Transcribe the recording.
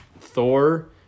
Thor